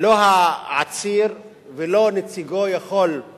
לא העציר ולא נציגו יכולים